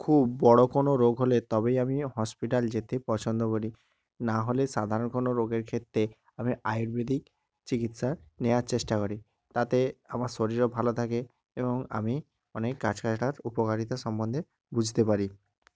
খুব বড়ো কোনো রোগ হলে তবেই আমি হসপিটাল যেতে পছন্দ করি নাহলে সাধারণ কোনো রোগের ক্ষেত্তে আমি আয়ুর্বেদিক চিকিৎসা নেওয়ার চেষ্টা করি তাতে আমার শরীরও ভালো থাকে এবং আমি অনেক গাছ গাছড়ার উপকারিতা সমন্ধে বুঝতে পারি